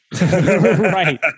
Right